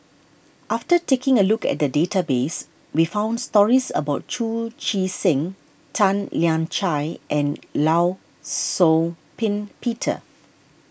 after taking a look at the database we found stories about Chu Chee Seng Tan Lian Chye and Law Shau Ping Peter